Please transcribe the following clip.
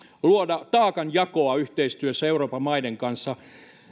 luoda taakanjakoa yhteistyössä euroopan maiden kanssa